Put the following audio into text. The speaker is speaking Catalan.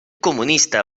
comunista